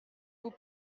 vous